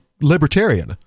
libertarian